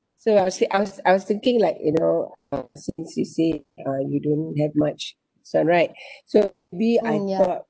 so I would say I was I was thinking like you know since you say uh you don't have much this [one] right so maybe I thought